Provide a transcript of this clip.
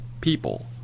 people